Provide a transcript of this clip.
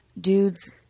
dudes